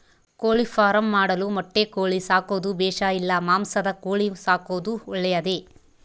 ಕೋಳಿಫಾರ್ಮ್ ಮಾಡಲು ಮೊಟ್ಟೆ ಕೋಳಿ ಸಾಕೋದು ಬೇಷಾ ಇಲ್ಲ ಮಾಂಸದ ಕೋಳಿ ಸಾಕೋದು ಒಳ್ಳೆಯದೇ?